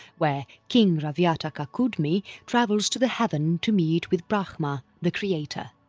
where king raivata kakudmi travels to the heaven to meet with brahma the creator.